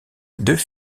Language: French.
deux